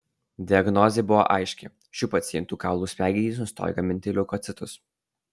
diagnozė buvo aiški šių pacientų kaulų smegenys nustojo gaminti leukocitus